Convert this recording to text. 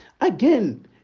Again